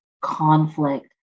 conflict